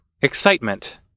Excitement